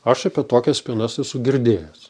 aš apie tokias spynas esu girdėjęs